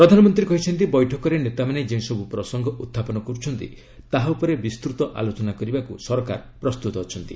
ପ୍ରଧାନମନ୍ତ୍ରୀ କହିଛନ୍ତି ବୈଠକରେ ନେତାମାନେ ଯେଉଁସବୁ ପ୍ରସଙ୍ଗ ଉତ୍ଥାପନ କରୁଛନ୍ତି ତାହା ଉପରେ ବିସ୍ତୃତ ଆଲୋଚନା କରିବାକୁ ସରକାର ପ୍ରସ୍ତୁତ ଅଛନ୍ତି